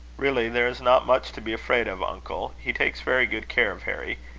really, there is not much to be afraid of, uncle. he takes very good care of harry.